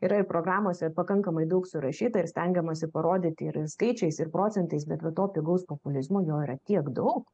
yra ir programose pakankamai daug surašyta ir stengiamasi parodyti ir skaičiais ir procentais bet va to pigaus populizmo jo yra tiek daug